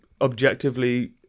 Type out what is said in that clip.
objectively